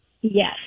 Yes